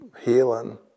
healing